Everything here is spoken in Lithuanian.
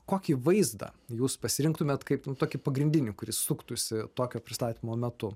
kokį vaizdą jūs pasirinktumėte kaip tokį pagrindinį kuris suktųsi tokio pristatymo metu